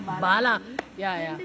bala ya ya